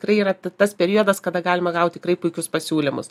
tikrai yra tas periodas kada galima gauti tikrai puikius pasiūlymus